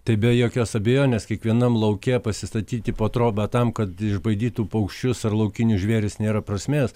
tai be jokios abejonės kiekvienam lauke pasistatyti po trobą tam kad išbaidytų paukščius ar laukinius žvėris nėra prasmės